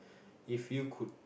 if you could